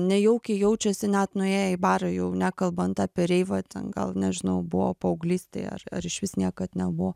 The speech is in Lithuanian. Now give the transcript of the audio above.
nejaukiai jaučiasi net nuėję į barą jau nekalbant apie reivą ten gal nežinau buvo paauglystėje ar ar išvis niekad nebuvo